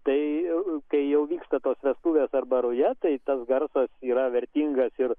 tai kai jau vykstatos vestuvės arba ruja tai tas garsas yra vertingas ir